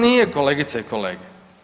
Nije kolegice i kolege.